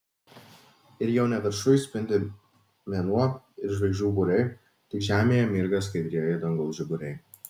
ir jau ne viršuj spindi mėnuo ir žvaigždžių būriai tik žemėje mirga skaidrieji dangaus žiburiai